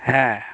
হ্যাঁ